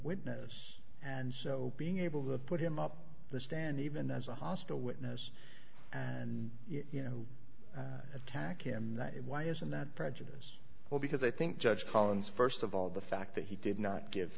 witness and so being able to put him up on the stand even as a hostile witness and you know attack him why isn't that prejudice well because i think judge collins st of all the fact that he did not give